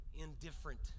indifferent